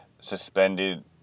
suspended